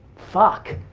fuck,